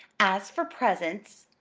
as for presents,